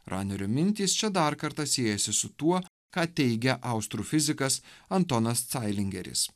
ramios mintys čia dar kartą siejasi su tuo ką teigia austrų fizikas antonas cailingeris